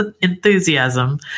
enthusiasm